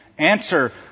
Answer